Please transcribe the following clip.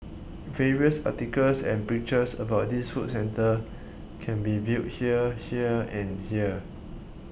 various articles and pictures about this food centre can be viewed here here and here